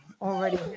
Already